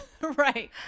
Right